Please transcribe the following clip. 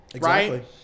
right